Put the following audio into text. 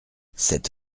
cette